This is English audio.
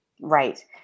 Right